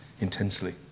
intensely